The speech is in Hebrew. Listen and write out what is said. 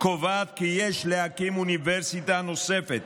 קובעת כי יש להקים אוניברסיטה נוספת